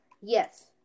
Yes